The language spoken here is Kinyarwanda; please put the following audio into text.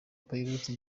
pierrot